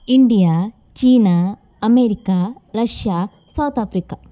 India China America Russia South Africa